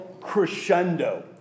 crescendo